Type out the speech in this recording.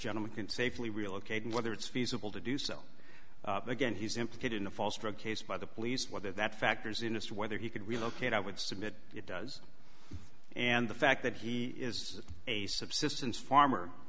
gentleman can safely relocate and whether it's feasible to do so again he's implicated in a false drug case by the police whether that factors into whether he could relocate i would submit it does and the fact that he is a subsistence farmer